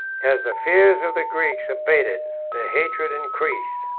as the fears of the greeks abated, their hatred increased.